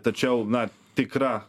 tačiau na tikrą